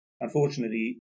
unfortunately